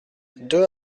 deux